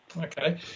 Okay